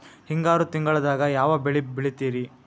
ಹಿಂಗಾರು ತಿಂಗಳದಾಗ ಯಾವ ಬೆಳೆ ಬೆಳಿತಿರಿ?